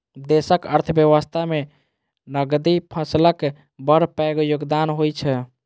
देशक अर्थव्यवस्था मे नकदी फसलक बड़ पैघ योगदान होइ छै